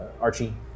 Archie